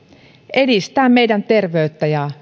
edistää meidän terveyttämme ja